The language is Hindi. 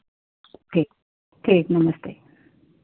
ठीक ठीक नमस्ते